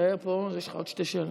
תישאר פה, יש לך עוד שתי שאלות.